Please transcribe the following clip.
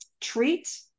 treat